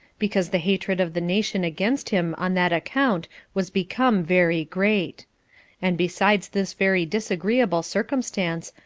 because the hatred of the nation against him on that account was become very great and besides this very disagreeable circumstance,